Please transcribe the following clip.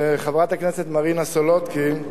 חברת הכנסת מרינה סולודקין,